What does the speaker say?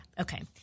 okay